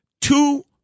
Two